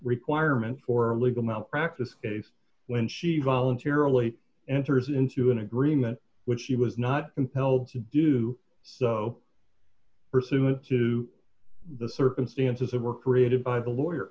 requirement for a legal malpractise case when she voluntarily enters into an agreement which she was not compelled to do so pursuant to the circumstances that were created by the lawyer